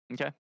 Okay